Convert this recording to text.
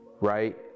right